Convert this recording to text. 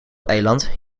eiland